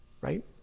right